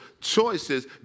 choices